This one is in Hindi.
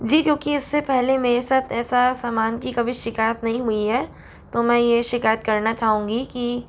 जी क्योंकि इससे पहले मेरे साथ ऐसा सामान की कभी शिकायत नहीं हुई है तो मैं ये शिकायत करना चाहूँगी कि